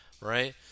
right